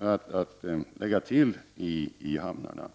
att lägga till i hamnarna.